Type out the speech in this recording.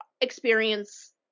experience